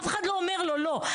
אף אחד לא אומר לו לא,